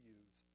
use